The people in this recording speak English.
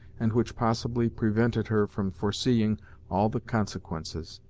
and which possibly prevented her from foreseeing all the consequences.